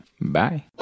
bye